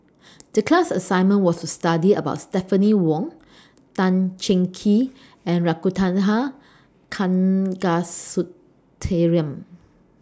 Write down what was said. The class assignment was to study about Stephanie Wong Tan Cheng Kee and Ragunathar Kanagasuntheram